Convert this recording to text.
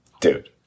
dude